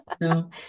No